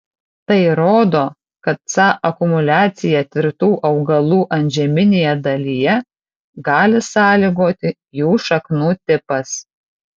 tai rodo kad ca akumuliaciją tirtų augalų antžeminėje dalyje gali sąlygoti jų šaknų tipas